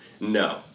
No